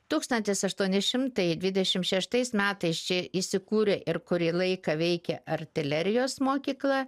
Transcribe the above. tūkstantis aštuoni šimtai dvidešimt šeštais metais čia įsikūrė ir kurį laiką veikė artilerijos mokykla